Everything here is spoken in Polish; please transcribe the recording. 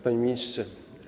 Panie Ministrze!